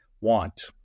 want